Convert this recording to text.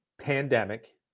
pandemic